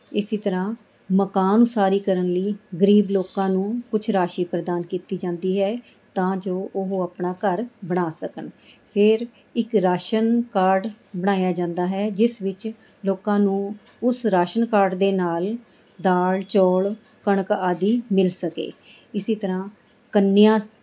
ਇਸੇ ਤਰ੍ਹਾਂ ਮਕਾਨ ਉਸਾਰੀ ਕਰਨ ਲਈ ਗਰੀਬ ਲੋਕਾਂ ਨੂੰ ਕੁਛ ਰਾਸ਼ੀ ਪ੍ਰਦਾਨ ਕੀਤੀ ਜਾਂਦੀ ਹੈ ਤਾਂ ਜੋ ਉਹ ਆਪਣਾ ਘਰ ਬਣਾ ਸਕਣ ਫਿਰ ਇੱਕ ਰਾਸ਼ਨ ਕਾਰਡ ਬਣਾਇਆ ਜਾਂਦਾ ਹੈ ਜਿਸ ਵਿੱਚ ਲੋਕਾਂ ਨੂੰ ਉਸ ਰਾਸ਼ਨ ਕਾਰਡ ਦੇ ਨਾਲ ਦਾਲ ਚੌਲ ਕਣਕ ਆਦਿ ਮਿਲ ਸਕੇ ਇਸੇ ਤਰ੍ਹਾਂ ਕੰਨਿਆਸ